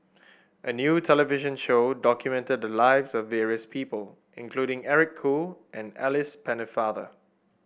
a new television show documented the lives of various people including Eric Khoo and Alice Pennefather